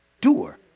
doer